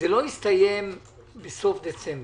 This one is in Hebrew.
זה לא יסתיים בסוף דצמבר.